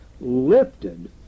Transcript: lifted